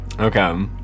Okay